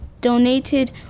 donated